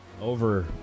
over